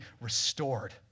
restored